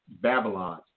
Babylon